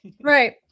Right